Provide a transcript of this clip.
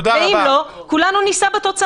ואם לא, כולנו נישא בתוצאה.